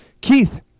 Keith